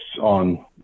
on